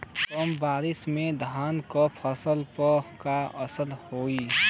कम बारिश में धान के फसल पे का असर होई?